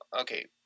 okay